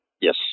Yes